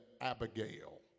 Abigail